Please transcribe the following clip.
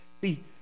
See